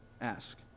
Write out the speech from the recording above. ask